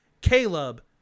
Caleb